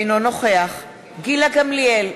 אינו נוכח גילה גמליאל,